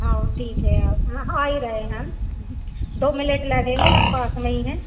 हाँ वह ठीक है हम आ ही रहे हैं दो मिनेट लगेंगे हम पास में ही हैं